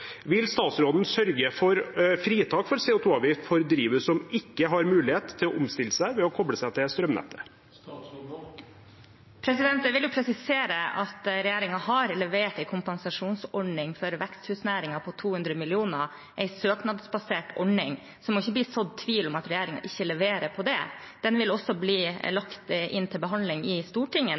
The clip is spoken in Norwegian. Vil statsråden sørge for fritak fra CO 2 -avgift for drivhus som ikke har mulighet til å omstille seg ved å koble seg til strømnettet? Jeg vil presisere at regjeringen har levert en kompensasjonsordning for veksthusnæringen på 200 mill. kr – en søknadsbasert ordning – så det må ikke bli sådd tvil om hvorvidt regjeringen leverer på det. Jeg håper at også Fremskrittspartiet vil vise vilje til